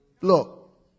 Look